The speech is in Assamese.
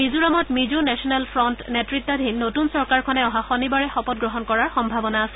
মিজোৰামত মিজো নেশ্যনেল ফ্ৰণ্ট নেতৃতাধীন নতুন চৰকাৰখনে অহা শনিবাৰে শপত গ্ৰহণ কৰাৰ সভাৱনা আছে